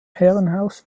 herrenhaus